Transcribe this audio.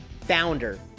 founder